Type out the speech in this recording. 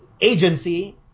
agency